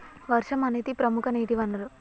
వర్షం అనేదిప్రముఖ నీటి వనరు